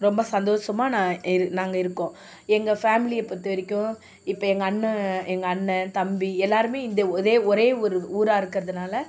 ரொம்ப சந்தோஷமாக நான் நாங்கள் இருக்கோம் எங்கள் ஃபேமிலியை பொறுத்த வரைக்கும் இப்போ எங்கள் அண்ணன் எங்கள் அண்ணன் தம்பி எல்லோருமே இந்த இதே ஒரே ஊர் ஊராக இருக்கிறதுனால